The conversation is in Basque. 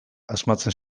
asmatzen